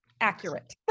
accurate